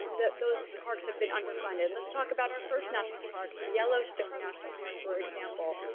that those parks have been underfunded. let's talk about our first national park, yellowstone national park, for example.